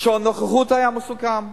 שעון הנוכחות היה מסוכם.